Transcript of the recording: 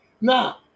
Now